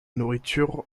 nourriture